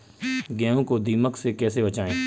गेहूँ को दीमक से कैसे बचाएँ?